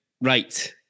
Right